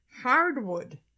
hardwood